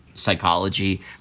psychology